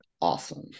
awesome